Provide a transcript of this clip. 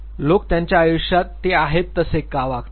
लोक त्यांच्या आयुष्यात ते आहेत तसे का वागतात